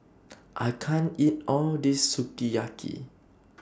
I can't eat All This Sukiyaki